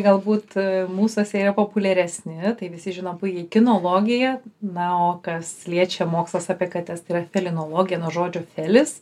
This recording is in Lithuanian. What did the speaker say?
galbūt mūsuose yra populiaresni tai visi žinom puikiai kinologija na o kas liečia mokslas apie kates tai yra felinologija nuo žodžio felis